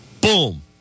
boom